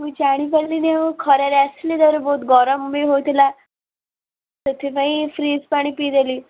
ମୁଁ ଜାଣି ପାରିଲିନି ଆଉ ଖରାରେ ଆସିଲି ତା'ପରେ ବହୁତ ଗରମ ବି ହେଉଥିଲା ସେଥିପାଇଁ ଫ୍ରିଜ ପାଣି ପିଇଦେଲି